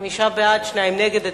חמישה בעד, שניים נגד.